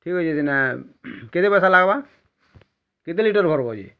ଠିକ୍ ଅଛି ଦିନେ କେତେ ପଇସା ଲାଗ୍ବା କେତେ ଲିଟର୍ ଭର୍ବୋ ଇଏ